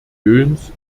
jöns